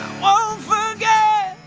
wow wow yeah